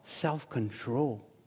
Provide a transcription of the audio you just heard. self-control